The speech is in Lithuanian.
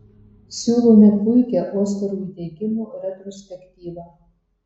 siūlome puikią oskarų įteikimo retrospektyvą